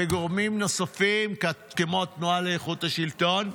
וגורמים נוספים כמו התנועה לאיכות השלטון,